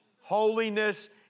Holiness